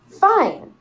fine